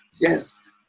yes